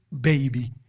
baby